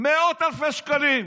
מאות אלפי שקלים.